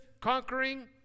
conquering